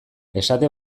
esate